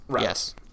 yes